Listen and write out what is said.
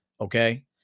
Okay